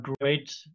great